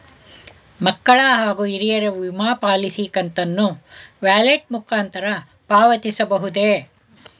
ಮಕ್ಕಳ ಹಾಗೂ ಹಿರಿಯರ ವಿಮಾ ಪಾಲಿಸಿ ಕಂತನ್ನು ವ್ಯಾಲೆಟ್ ಮುಖಾಂತರ ಪಾವತಿಸಬಹುದೇ?